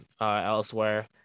elsewhere